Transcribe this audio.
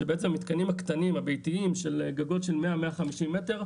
שבעצם המתקנים הקטנים הביתיים של גגות של 150-100 מטר,